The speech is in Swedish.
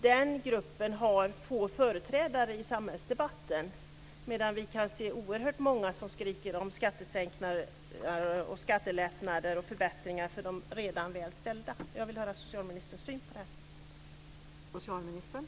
Den gruppen har få företrädare i samhällsdebatten medan vi kan se oerhört många som skriker om skattesänkningar, skattelättnader och förbättringar för de redan väl ställda. Jag vill höra socialministerns syn på det.